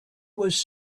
was